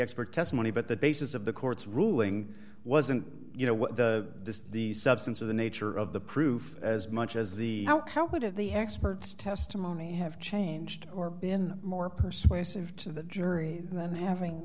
expert testimony but the basis of the court's ruling wasn't you know what the the substance of the nature of the proof as much as the how what of the experts testimony have changed or been more persuasive to the jury than having